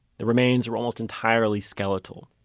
the remains were almost entirely skeletal,